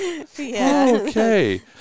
Okay